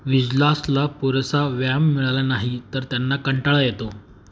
विजलासला पुरेसा व्यायाम मिळाला नाही तर त्यांना कंटाळा येतो